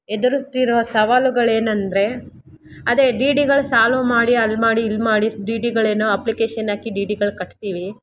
ಎದುರಿಸ್ತಿರುವ ಸವಾಲುಗಳು ಏನೆಂದ್ರೆ ಅದೇ ಡಿ ಡಿಗಳು ಸಾಲೊ ಮಾಡಿ ಅಲ್ಲಿ ಮಾಡಿ ಇಲ್ಲಿ ಮಾಡಿ ಡಿ ಡಿಗಳೇನೊ ಅಪ್ಲಿಕೇಶನ್ ಹಾಕಿ ಡಿ ಡಿಗಳು ಕಟ್ತೀವಿ